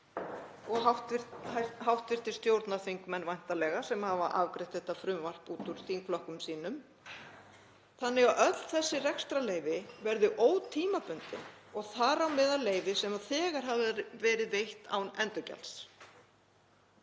og hv. stjórnarþingmenn væntanlega sem hafa afgreitt þetta frumvarp út úr þingflokkum sínum, að öll þessi rekstrarleyfi verði ótímabundin og þar á meðal leyfi sem þegar hafa verið veitt án endurgjalds.